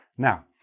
now,